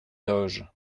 doge